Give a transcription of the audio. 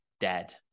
dead